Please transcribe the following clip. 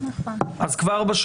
כבר אז,